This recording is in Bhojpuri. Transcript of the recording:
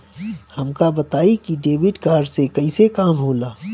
हमका बताई कि डेबिट कार्ड से कईसे काम होला?